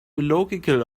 illogical